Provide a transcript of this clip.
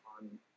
on